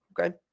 Okay